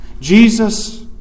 Jesus